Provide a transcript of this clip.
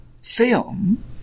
film